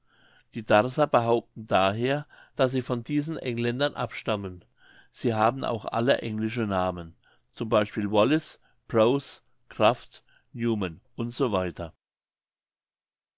die darßer behaupten daher daß sie von diesen engländern abstammen sie haben auch alle englische namen z b wallis prose kraft newmann u s